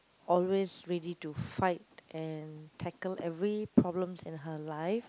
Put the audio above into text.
always ready to fight and tackle every problems in her life